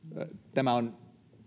tämä on